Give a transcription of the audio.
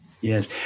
Yes